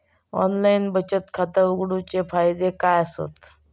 Online बचत खाता उघडूचे फायदे काय आसत?